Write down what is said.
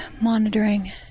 monitoring